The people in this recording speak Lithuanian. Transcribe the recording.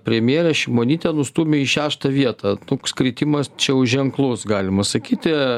premjerę šimonytę nustūmė į šeštą vietą toks kritimas čia jau ženklus galima sakyti